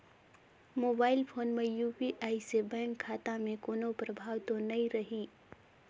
Mobile phone मे UPI से bank खाता मे कोनो प्रभाव तो नइ रही?